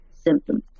symptoms